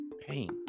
pain